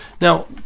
Now